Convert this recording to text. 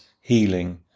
healing